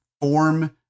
form